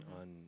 on